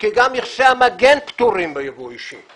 כי גם מכסי המגן פטורים ביבוא אישי.